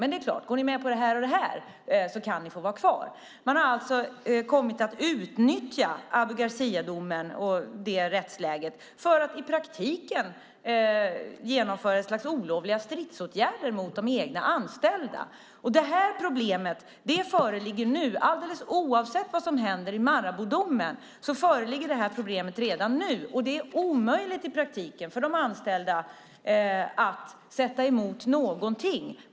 Men går ni med på det här och det här får ni vara kvar. Man har alltså kommit att utnyttja Abu Garcia-domen och rättsläget för att i praktiken genomföra något slags olovliga stridsåtgärder mot de egna anställda. Alldeles oavsett vad som händer i Maraboudomen föreligger det här problemet redan nu, och det är i praktiken omöjligt för de anställda att sätta emot någonting.